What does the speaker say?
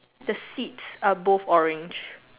the sit are both orange